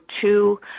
two